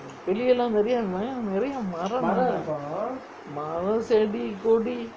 வெளியே லாம் நெறைய மரம் இருக்கும் மரம் செடி கொடி:veliyae laam neraiya maram irukkum maram sedi kodi